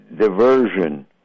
diversion